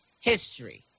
history